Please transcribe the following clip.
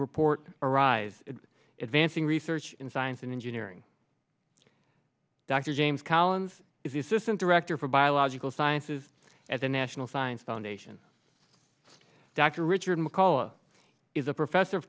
report arise advancing research in science and engineering dr james collins is the assistant director for biological sciences at the national science foundation dr richard mccall is a professor of